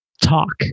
talk